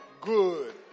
good